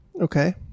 Okay